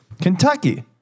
Kentucky